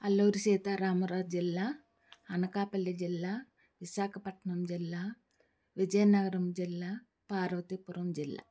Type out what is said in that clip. అల్లూరి సీతారామరాజు జిల్లా అనకాపల్లి జిల్లా విశాఖపట్నం జిల్లా విజయనగరం జిల్లా పార్వతీపురం జిల్లా